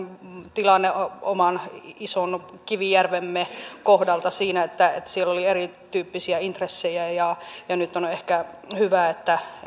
tilanne oman ison kivijärvemme kohdalta siinä että siellä oli erityyppisiä intressejä nyt on on ehkä hyvä että